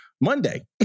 Monday